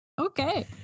Okay